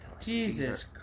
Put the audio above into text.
jesus